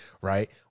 right